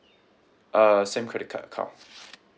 uh same credit card account